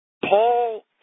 Paul